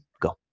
Go